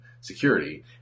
security